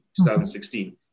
2016